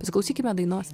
pasiklausykime dainos